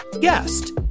guest